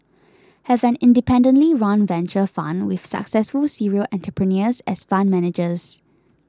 have an independently run venture fund with successful serial entrepreneurs as fund managers